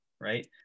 right